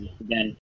Again